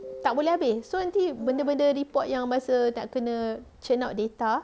tak boleh habis so nanti benda-benda report yang bahasa nak kena churn out data